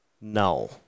No